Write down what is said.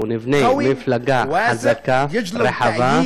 או נבנה, מפלגה חזקה, רחבה,